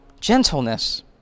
gentleness